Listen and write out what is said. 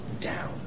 down